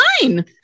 fine